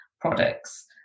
products